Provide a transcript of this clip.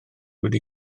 wedi